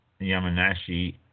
Yamanashi